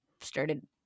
started